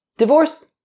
Divorced